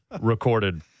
recorded